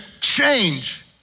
change